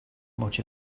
much